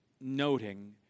noting